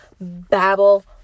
babble